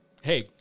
Hey